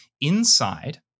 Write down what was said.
Inside